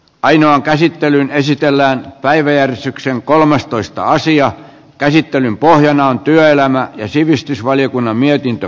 painoaan käsittelyyn esitellään päiväjärjestyksen kolmastoista asian käsittelyn pohjana on työelämä ja tasa arvovaliokunnan mietintö